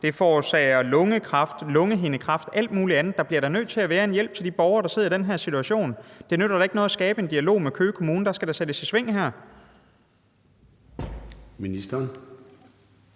Det forårsager lungekræft, lungehindekræft og alt muligt andet. Der bliver da nødt til at være en hjælp til de borgere, der sidder i den her situation. Det nytter da ikke noget at skabe en dialog med Køge Kommune. Man skal da komme i sving her.